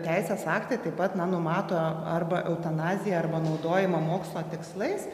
teisės aktai taip pat na numato arba eutanaziją arba naudojimą mokslo tikslais